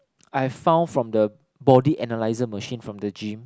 I found from the body analyzer machine from the gym